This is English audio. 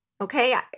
Okay